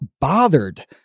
bothered